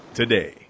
today